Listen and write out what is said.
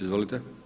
Izvolite.